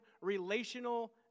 relational